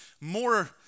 more